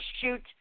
shoot –